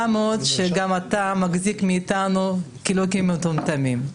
מאוד שגם אתה מחזיק מאיתנו לא כמטומטמים.